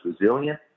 resilient